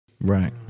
Right